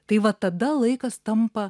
tai va tada laikas tampa